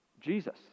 Jesus